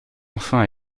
enfin